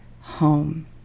home